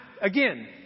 again